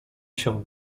się